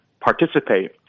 participate